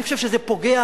אני חושב שזה פוגע